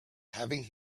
having